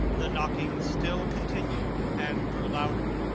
the knocking still continued and grew louder.